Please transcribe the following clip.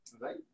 Right